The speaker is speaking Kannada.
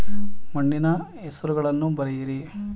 ಮಣ್ಣಿನ ಹೆಸರುಗಳನ್ನು ಬರೆಯಿರಿ